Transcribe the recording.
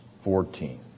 fourteen